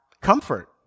comfort